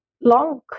long